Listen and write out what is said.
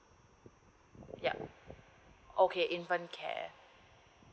yeah okay infant care